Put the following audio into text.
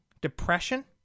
depression